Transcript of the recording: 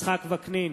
יצחק וקנין,